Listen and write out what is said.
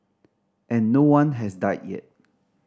and no one has died yet